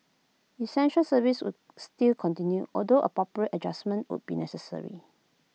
essential services would still continue although appropriate adjustment would be necessary